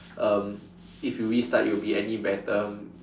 um if you restart you'll be any better